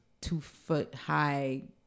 two-foot-high